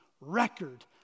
record